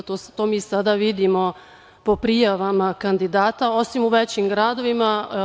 To mi sada vidimo po prijavama kandidata osim u većim gradovima.